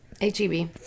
h-e-b